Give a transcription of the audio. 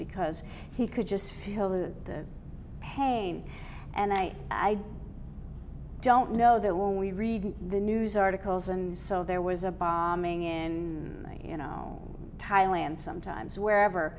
because he could just feel the pain and i i don't know that when we read the news articles and so there was a bombing in thailand sometimes wherever